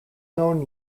known